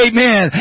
Amen